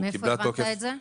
מאיפה הבנת את זה?